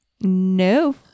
No